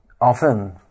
often